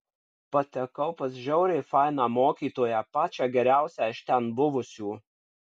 patekau pas žiauriai fainą mokytoją pačią geriausią iš ten buvusių